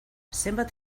zenbat